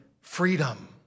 freedom